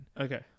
Okay